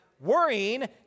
Worrying